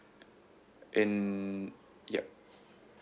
in yup